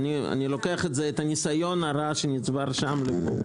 זאת אומרת שאנחנו לא נפגע בבריאות הציבור,